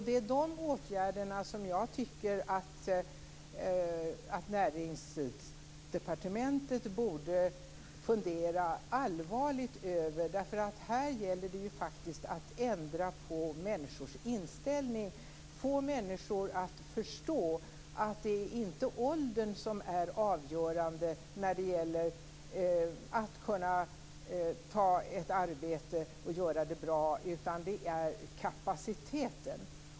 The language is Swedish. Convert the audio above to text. Det är de åtgärderna som jag tycker att Näringsdepartementet borde fundera allvarligt över. Här gäller det faktiskt att ändra på människors inställning och få människor att förstå att det inte är åldern som är avgörande när det gäller att kunna ta ett arbete och göra det bra utan kapaciteten.